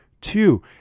Two